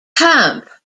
camp